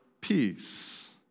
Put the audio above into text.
peace